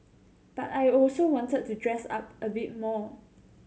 but I also wanted to dress up a bit more